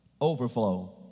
overflow